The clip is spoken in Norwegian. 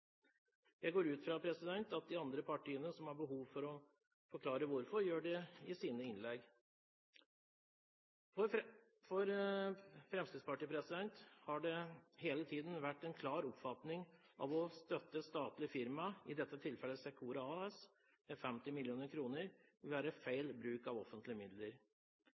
Jeg går ut fra at de partiene som har behov for å forklare hvorfor, gjør det i sine innlegg. For Fremskrittspartiet har det hele tiden vært en klar oppfatning at å støtte et statlig firma – i dette tilfellet Secora AS – med 50 mill. kr ville være feil bruk av offentlige midler.